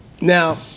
Now